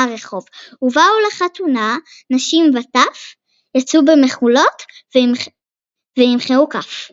מאת חיים נחמן ביאליק